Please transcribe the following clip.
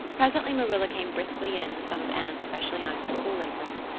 presently marilla came briskly in with some of anne's freshly ironed school aprons.